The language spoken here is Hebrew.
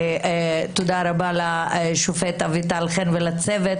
ותודה רבה לשופט אביטל חן ולצוות,